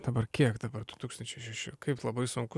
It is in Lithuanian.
dabar kiek dabar du tūkstančiai šeši kaip labai sunku